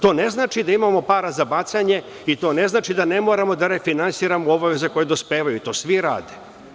To ne znači da imamo para za bacanje i to ne znači da ne moramo da refinansiramo obaveze koje dospevaju, to svi rade.